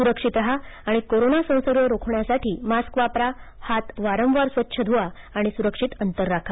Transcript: सुरक्षित राहा आणि कोरोना संसर्ग रोखण्यासाठी मास्क वापरा हात वारंवार स्वच्छ ध्वा आणि स्रक्षित अंतर राखा